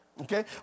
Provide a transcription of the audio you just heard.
Okay